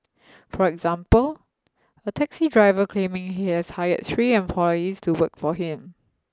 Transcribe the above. for example a taxi driver claiming he has hired three employees to work for him